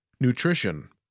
Nutrition